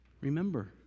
Remember